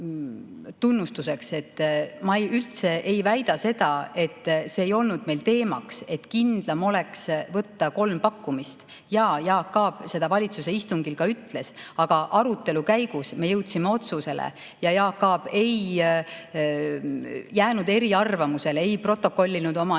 et ma üldse ei väida, et see ei olnud meil teemaks, et kindlam oleks võtta kolm pakkumist. Jaa, Jaak Aab seda valitsuse istungil ka ütles. Aga arutelu käigus me jõudsime otsusele ja Jaak Aab ei jäänud eriarvamusele, ei palunud protokollida oma eriarvamust,